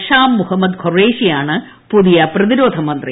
ഷാ മുഹമ്മദ് ഖുറേഷിയാണ് പ്രുതിയ പ്രതിരോധ മന്ത്രി